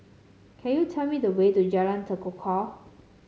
can you tell me the way to Jalan Tekukor